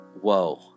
whoa